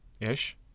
ish